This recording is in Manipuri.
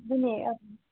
ꯑꯗꯨꯅꯦ ꯑꯁ